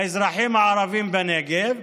האזרחים הערבים בנגב.